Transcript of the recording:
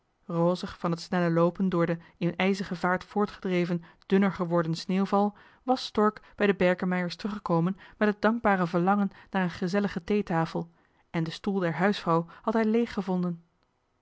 rozig van het snelle loopen door den met ijzige vaart voortgedreven dunner geworden sneeuwval was stork bij de berkemeiers teruggekomen met het dankbare verlangen naar een gezellige theetafel en den stoel der huisvrouw had hij leeg gevonden